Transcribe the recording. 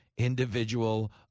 Individual